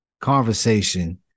conversation